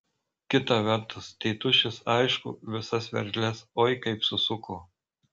kita vertus tėtušis aišku visas veržles oi kaip susuko